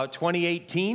2018